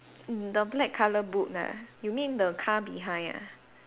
the black colour boot ah you mean the car behind ah